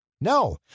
No